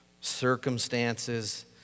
circumstances